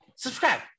Subscribe